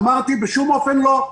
אמרתי: בשום אופן לא.